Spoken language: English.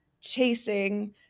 chasing